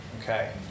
Okay